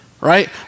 Right